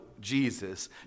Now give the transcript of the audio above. Jesus